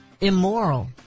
immoral